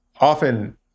often